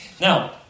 Now